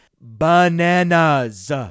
bananas